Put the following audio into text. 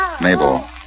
Mabel